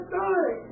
die